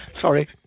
Sorry